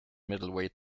middleweight